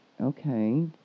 okay